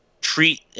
treat